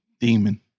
Demon